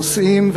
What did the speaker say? הנושאים,